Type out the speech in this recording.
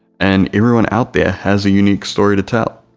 and everyone out there has a unique story to tell,